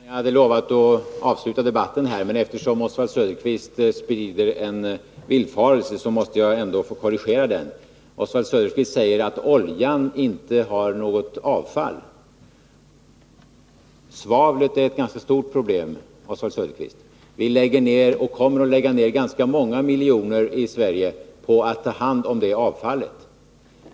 Herr talman! Jag hade lovat att avsluta debatten, men eftersom Oswald Söderqvist sprider en villfarelse måste jag ändå få göra en korrigering. Oswald Söderqvist säger att oljan inte har något avfall. Svavlet är ett ganska stort problem, Oswald Söderqvist. Vi lägger och kommer att lägga ned ganska många miljoner kronor i Sverige på att ta hand om det avfallet.